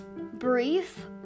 brief